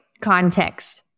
context